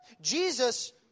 Jesus